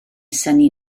synnu